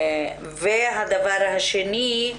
דבר שני,